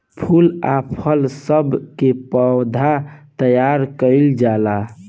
फूल आ फल सब के पौधा तैयार कइल जाला